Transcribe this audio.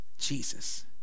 Jesus